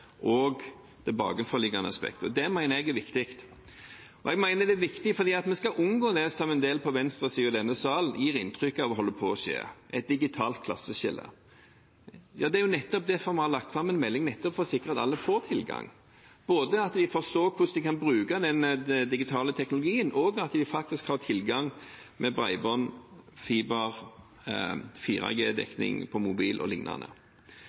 og det bakenforliggende aspektet. Det mener jeg er viktig. Jeg mener det er viktig fordi vi skal unngå det som en del på venstresiden i denne sal gir inntrykk av at vi holder på å få – et digitalt klasseskille. Det er derfor vi har lagt fram en melding, nettopp for å sikre at alle får tilgang – både at de forstår hvordan de kan bruke den digitale teknologien, og at de faktisk har tilgang via bredbånd, fiber, 4G-dekning på mobil